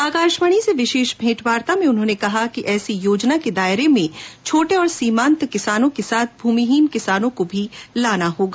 आकाशवाणी से विशेष भेंटवार्ता में उन्होंने कहा कि ऐसी योजना के दायरे में छोटे और सीमांत किसानों के साथ भूमिहीन किसानों को भी लाना होगा